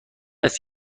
است